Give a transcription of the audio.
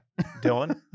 Dylan